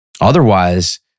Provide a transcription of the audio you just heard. otherwise